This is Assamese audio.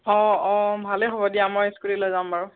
অঁ অঁ ভালে হ'ব দিয়া মই স্কুটী লৈ যাম বাৰু